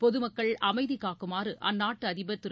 பொதுமக்கள் அமைதி காக்குமாறு அந்நாட்டு அதிபர் திரு